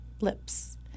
lips